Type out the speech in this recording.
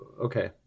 okay